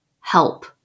help